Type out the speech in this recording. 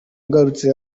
ngarutse